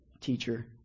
teacher